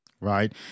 right